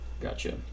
gotcha